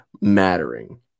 mattering